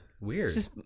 weird